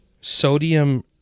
sodium